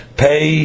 pay